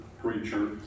preacher